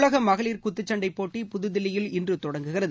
உலக மகளிர் குத்துசண்டை போட்டி புதுதில்லியில் இன்று தொடங்குகிறது